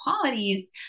qualities